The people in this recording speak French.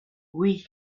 oui